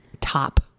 Top